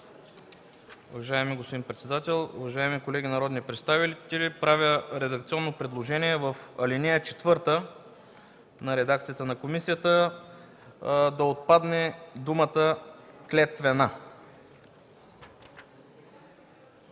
Уважаеми господин председател, уважаеми колеги народни представители! Правя редакционно предложение: в ал. 4 на редакцията на комисията да отпадне думата „клетвена”